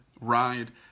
ride